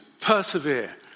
Persevere